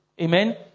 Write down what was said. Amen